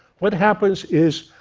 what happens is,